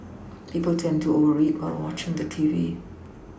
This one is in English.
people tend to over eat while watching the television